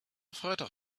freitag